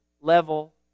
level